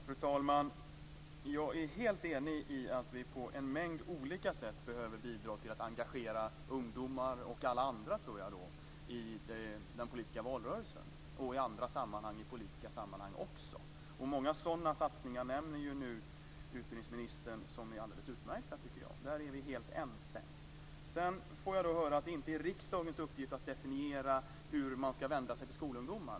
Fru talman! Jag är helt enig om att vi på en mängd olika sätt behöver bidra till att engagera ungdomar, och alla andra, i den politiska valrörelsen - och i andra politiska sammanhang också. Utbildningsministern nämner många sådana satsningar som jag tycker är alldeles utmärkta. Där är vi helt ense. Sedan får jag höra att det inte är riksdagens uppgift att definiera hur man ska vända sig till skolungdomar.